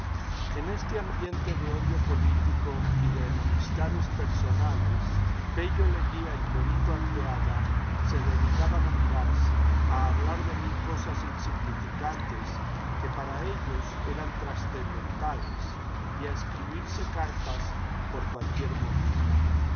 en este ambiente de odio político y de enemistades personales pello leguía y corito arteaga se dedicaban a mirarse a hablar de mil cosas insigniñcantes que para ellos eran trascendentales y a escribirse cartas por cualquier motivo